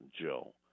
Joe